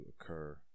occur